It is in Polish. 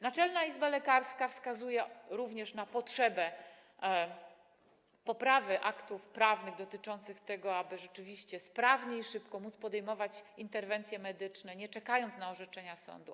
Naczelna Izba Lekarska również wskazuje na potrzebę poprawy aktów prawnych dotyczących tego, aby rzeczywiście móc sprawnie i szybko podejmować interwencje medyczne, nie czekając na orzeczenia sądu.